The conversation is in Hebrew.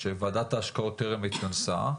שוועדת ההשקעות טרם התכנסה,